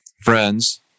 Friends